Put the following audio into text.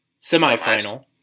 semifinal